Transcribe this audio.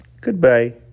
Goodbye